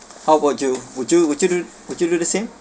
how about you would you would you do would you do the same